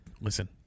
Listen